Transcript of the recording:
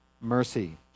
mercy